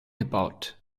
about